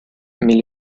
mais